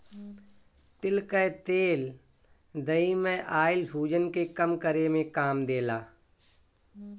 तिल कअ तेल देहि में आइल सुजन के कम करे में काम देला